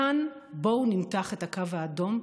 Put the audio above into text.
כאן בואו נמתח את הקו האדום,